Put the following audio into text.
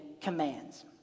commands